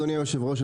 אדוני היושב-ראש,